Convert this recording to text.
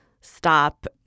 stop